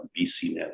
BCNET